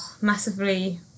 massively